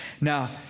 Now